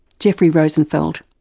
jeffrey rosenfeld.